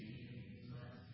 Jesus